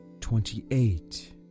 twenty-eight